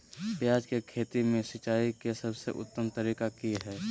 प्याज के खेती में सिंचाई के सबसे उत्तम तरीका की है?